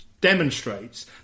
demonstrates